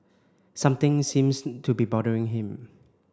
something seems to be bothering him